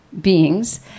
beings